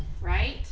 right